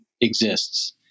exists